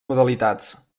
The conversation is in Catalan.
modalitats